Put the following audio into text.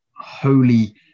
holy